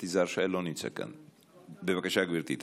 בבקשה, גברתי.